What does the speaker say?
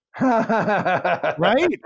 Right